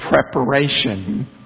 preparation